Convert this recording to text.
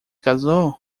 casou